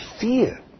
fear